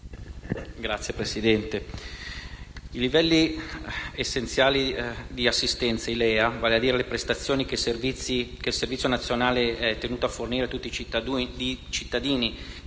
Signor Presidente, i livelli essenziali di assistenza (LEA), vale a dire le prestazioni che il Servizio nazionale è tenuto a fornire a tutti i cittadini